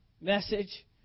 message